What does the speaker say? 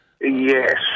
Yes